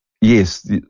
yes